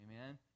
Amen